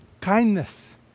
Kindness